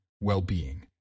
well-being